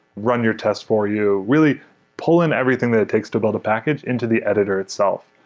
run your tests for you, really pull in everything that it takes to build a package into the editor itself.